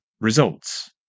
results